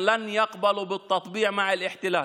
לא יסכימו לנרמול היחסים עם הכיבוש